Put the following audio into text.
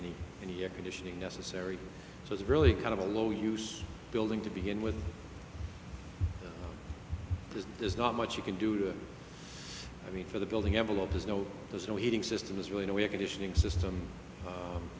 any and your conditioning necessary so it's really kind of a low use building to begin with because there's not much you can do it i mean for the building envelope there's no there's no heating system is really no way a condition system